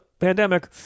pandemic